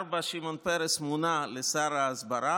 ב-1974 שמעון פרס מונה לשר ההסברה.